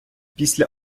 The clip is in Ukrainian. після